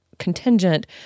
contingent